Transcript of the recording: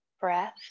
breath